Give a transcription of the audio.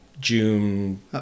June